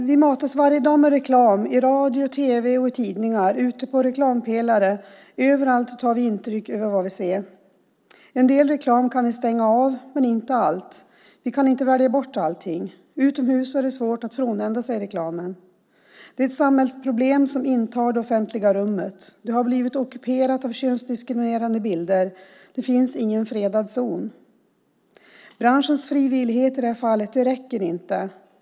Varje dag matas vi med reklam i radio, tv och tidningar men också med reklam ute på reklampelare. Överallt tar vi intryck av vad vi ser. En del reklam kan vi stänga av men inte all reklam. Vi kan inte välja bort allting. Utomhus är det svårt att komma bort från reklamen - ett samhällsproblem som intar det offentliga rummet. Detta har blivit ockuperat av könsdiskriminerande bilder. Det finns ingen fredad zon. Branschens frivillighet i det här fallet räcker inte.